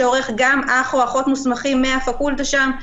שעורכים אח או אחות מסומכים מהפקולטה שם,